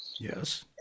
Yes